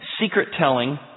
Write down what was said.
secret-telling